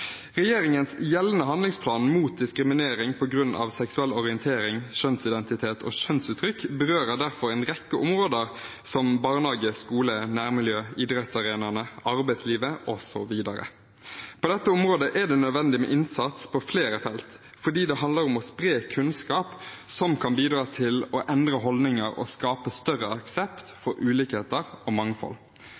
Regjeringens gjeldende handlingsplan mot diskriminering på grunn av seksuell orientering, kjønnsidentitet og kjønnsuttrykk berører derfor en rekke områder, som barnehage, skole, nærmiljø, idrettsarenaer, arbeidsliv osv. På dette området er det nødvendig med innsats på flere felt, fordi det handler om å spre kunnskap som kan bidra til å endre holdninger og skape større aksept for ulikheter og mangfold.